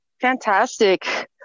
fantastic